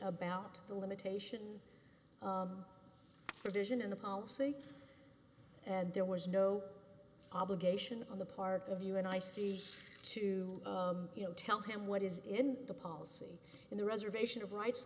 about the limitation provision in the policy and there was no obligation on the part of you and i see to you know tell him what is in the policy in the reservation of ri